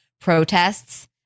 protests